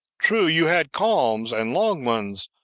true, you had calms, and long ones,